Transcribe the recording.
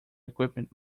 equipment